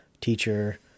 teacher